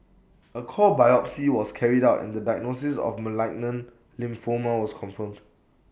A core biopsy was carried out and the diagnosis of malignant lymphoma was confirmed